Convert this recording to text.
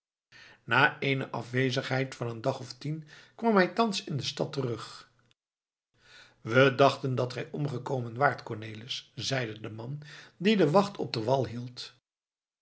na eene afwezigheid van een dag of tien kwam hij thans in de stad terug we dachten dat gij omgekomen waart cornelis zeide de man die de wacht op den wal hield